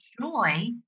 joy